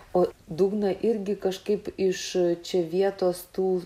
o dugną irgi kažkaip iš čia vietos tų